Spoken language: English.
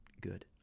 good